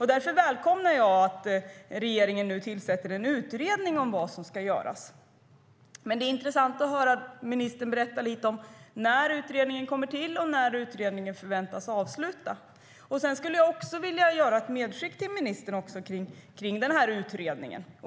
Därför välkomnar jag att regeringen nu tillsätter en utredning om vad som ska göras. Men det vore intressant att höra ministern berätta lite om när utredningen kommer till och när utredningen förväntas vara avslutad. Jag skulle också vilja göra ett medskick till ministern kring utredningen.